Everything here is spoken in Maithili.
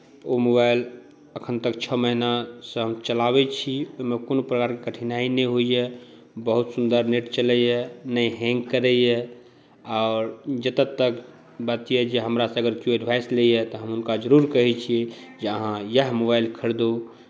ओ मोबाइल अखन तक छओ महिनासँ हम चलाबै छी एहिमे कोनो प्रकारके कठिनाइ नहि होइए बहुत सुन्दर चलैए नहि हेन्ग करैए आओर जतऽ तक बात ई अइ जे हमरासँ केओ अगर एडवाइस लैए तऽ हम हुनका जरूर कहै छी जे अहाँ इएह मोबाइल खरीदू